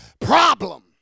problem